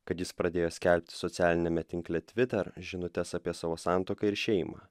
kad jis pradėjo skelbti socialiniame tinkle tviter žinutes apie savo santuoką ir šeimą